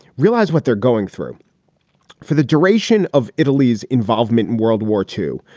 realize what they're going through for the duration of italy's involvement in world war two.